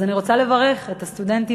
אז אני רוצה לברך את הסטודנטים